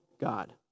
God